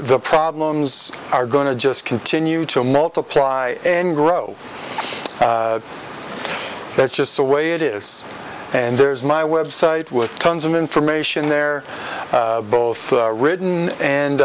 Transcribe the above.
the problems are going to just continue to multiply and grow that's just the way it is and there's my website with tons of information there both written and